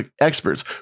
experts